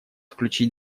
включить